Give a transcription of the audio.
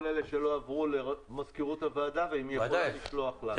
אלה שלא עברו למזכירות הוועדה ושהיא תשלח לנו.